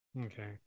Okay